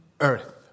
earth